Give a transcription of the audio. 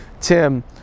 Tim